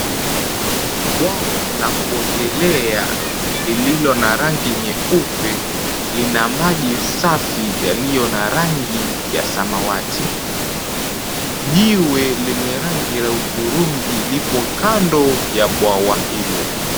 Bwawa la kuogelea, lililo na rangi nyeupe, lina maji safi yaliyo na rangi ya samawati. Jiwe lenye rangi ya hudhurungi lipo kando ya bwawa hilo.